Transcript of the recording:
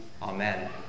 Amen